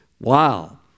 Wow